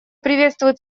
приветствует